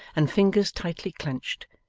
and fingers tightly clenched,